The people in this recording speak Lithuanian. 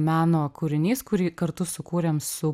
meno kūrinys kurį kartu sukūrėm su